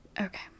Okay